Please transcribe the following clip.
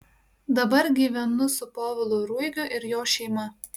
dabar gyvenu su povilu ruigiu ir jo šeima